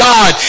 God